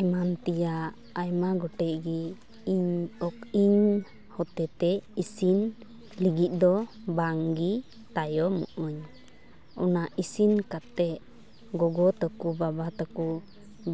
ᱮᱢᱟᱱ ᱛᱮᱭᱟᱜ ᱟᱭᱢᱟ ᱜᱚᱴᱮᱡ ᱜᱮ ᱤᱧ ᱦᱚᱛᱮ ᱛᱮ ᱤᱥᱤᱱ ᱞᱟᱹᱜᱤᱫ ᱫᱚ ᱵᱟᱝᱜᱮ ᱛᱟᱭᱚᱢᱚᱜ ᱟᱹᱧ ᱚᱱᱟ ᱤᱥᱤᱱ ᱠᱟᱛᱮ ᱜᱚᱜᱚ ᱛᱟᱠᱚ ᱵᱟᱵᱟ ᱛᱟᱠᱚ